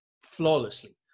flawlessly